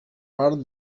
part